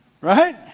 Right